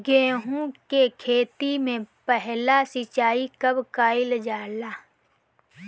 गेहू के खेती मे पहला सिंचाई कब कईल जाला?